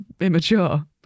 immature